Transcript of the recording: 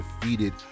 defeated